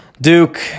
Duke